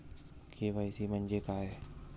KYC म्हंजे काय?